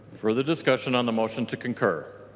further discussion on the motion to concur?